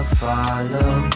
follow